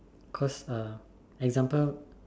cause uh example